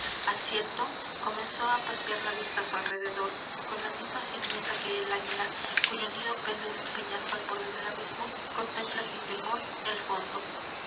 asiento comenzó á pasear la vista á su alrededor con la misma firmeza que el águila cuyo nido pende de un peñasco al borde del abismo contempla sin temor el fondo